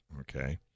Okay